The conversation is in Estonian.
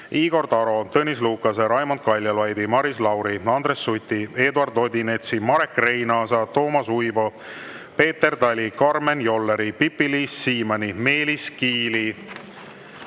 Igor Taro, Tõnis Lukase, Raimond Kaljulaidi, Maris Lauri, Andres Suti, Eduard Odinetsi, Marek Reinaasa, Toomas Uibo, Peeter Tali, Karmen Jolleri, Pipi-Liis Siemanni, Meelis Kiili,